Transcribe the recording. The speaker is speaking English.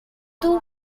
two